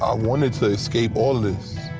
i wanted to escape all of this.